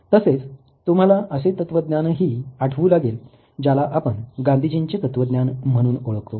तसेच तुम्हाला असे तत्त्वज्ञानही आठवू लागेल ज्याला आपण गांधीजींचे तत्वज्ञान म्हणून ओळखतो